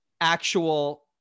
actual